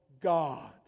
God